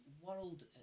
world